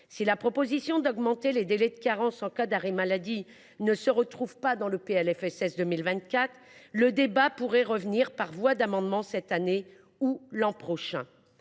Si la proposition d’augmenter les délais de carence en cas d’arrêt maladie ne figure pas dans le PLFSS 2024, le débat pourrait être rouvert par voie d’amendement, cette année ou l’an prochain.